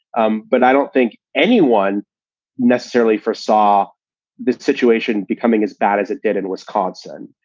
um but i don't think anyone necessarily foresaw this situation becoming as bad as it did in wisconsin,